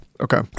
Okay